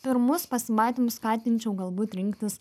pirmus pasimatymus skatinčiau galbūt rinktis